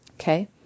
okay